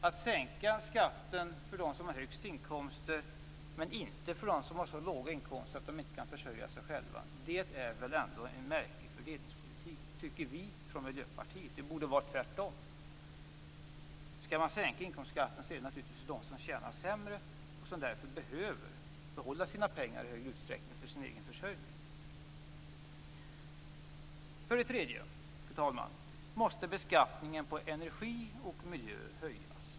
Att sänka skatten för dem som har högst inkomster men inte för dem som har så låga inkomster att de inte kan försörja sig själva är väl ändå en märklig fördelningspolitik, tycker vi i Miljöparitet. Det borde vara tvärtom. Inkomstskatten skall naturligtvis sänkas för dem som tjänar sämre och som i större utsträckning behöver behålla sina pengar för sin egen försörjning. Fru talman! För det tredje måste beskattningen på energi och miljö höjas.